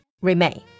remain